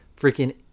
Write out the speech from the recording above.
freaking